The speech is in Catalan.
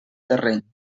terreny